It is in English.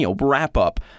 wrap-up